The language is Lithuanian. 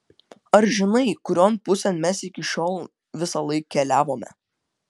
ar žinai kurion pusėn mes iki šiol visąlaik keliavome